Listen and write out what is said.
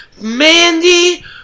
Mandy